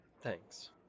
Thanks